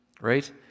right